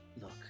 look